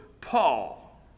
Paul